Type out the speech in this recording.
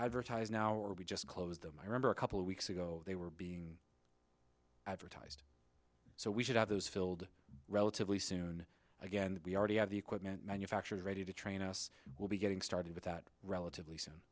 advertised now or we just closed them i remember a couple of weeks ago they were being advertised so we should have those filled relatively soon again we already have the equipment manufacturers ready to train us we'll be getting started with that relatively soon